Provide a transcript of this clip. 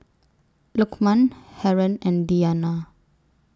Lukman Haron and Diyana